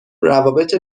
روابط